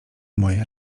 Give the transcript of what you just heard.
moje